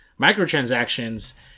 microtransactions